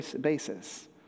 basis